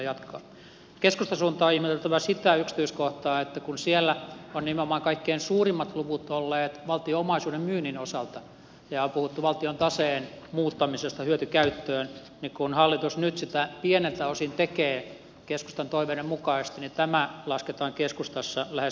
keskustan suuntaan on ihmeteltävä sitä yksityiskohtaa että kun siellä ovat nimenomaan kaikkein suurimmat luvut olleet valtion omaisuuden myynnin osalta ja on puhuttu valtion taseen muuttamisesta hyötykäyttöön niin kun hallitus nyt sitä pieneltä osin tekee keskustan toiveiden mukaisesti tämä lasketaan keskustassa lähes suurimmaksi synniksi